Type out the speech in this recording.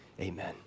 amen